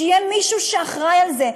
שיהיה מישהו שאחראי לזה,